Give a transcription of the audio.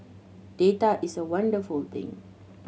data is a wonderful thing